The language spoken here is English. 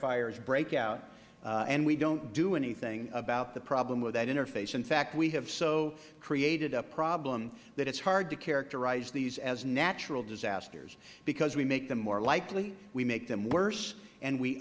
fires break out and we don't do anything about the problem with that interface in fact we have so created a problem that it is hard to characterize these as natural disasters because we make them more likely we make them worse and we